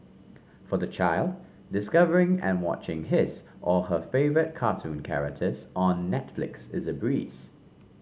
for the child discovering and watching his or her favourite cartoon characters on Netflix is a breeze